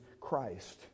Christ